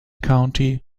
county